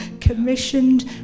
commissioned